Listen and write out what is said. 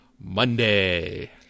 Monday